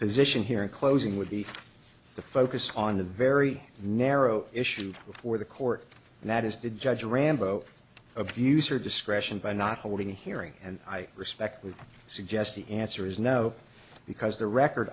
position here in closing would be the focus on a very narrow issue before the court and that is the judge rambo abused her discretion by not holding a hearing and i respect with suggest the answer is no because the record